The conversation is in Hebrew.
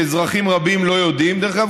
שאזרחים רבים לא יודעים דרך אגב,